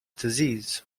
disease